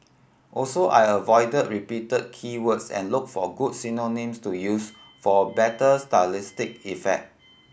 also I avoid repeated key words and look for good synonyms to use for better stylistic effect